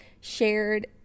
shared